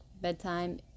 bedtime